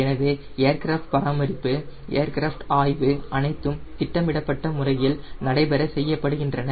எனவே ஏர்கிராஃப்ட் பராமரிப்பு ஏர்கிராஃப்ட் ஆய்வு அனைத்தும் திட்டமிடப்பட்ட முறையில் நடைபெற செய்யப்படுகின்றன